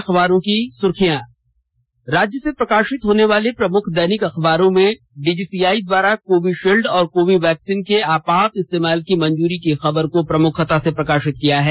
अखबारों की सुर्खियां राज्य से प्रकाशित होने वाले प्रमुख दैनिक अखबारों ने डीजीसीआई द्वारा कोविशील्ड और कोवैक्सीन के आपात इस्तेमाल की मंजूरी की खबर को प्रमुखता से प्रकाशित किया है